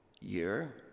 year